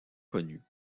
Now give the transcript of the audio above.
connus